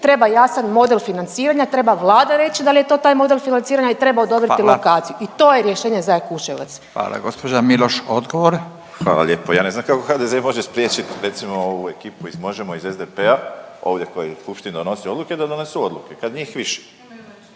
treba jasan model financiranja, treba Vlada reći da li je to taj model financiranja i treba odobriti lokaciju i to je rješenje za Jakuševac. **Radin, Furio (Nezavisni)** Hvala. Gospođa Miloš, odgovor. **Borić, Josip (HDZ)** Hvala lijepo. Ja ne znam kako HDZ može spriječiti recimo ovu ekipu iz MOŽEMO, iz SDP-a ovdje koje Skupština donosi odluke da donesu odluke kad je njih više,